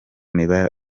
mibanire